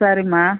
சரிம்மா